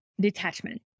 detachment